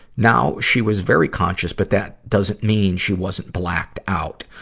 now, she was very conscious, but that doesn't mean she wasn't blacked out.